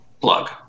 Plug